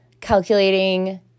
calculating